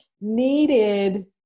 needed